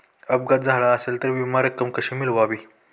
अपघात झाला असेल तर विमा रक्कम कशी मिळवावी?